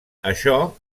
això